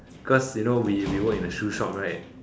cause you know we we work in a show shop right